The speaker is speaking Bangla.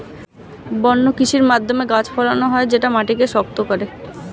বন্য কৃষির মাধ্যমে গাছ ফলানো হয় যেটা মাটিকে শক্ত করে